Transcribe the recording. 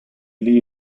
lee